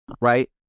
right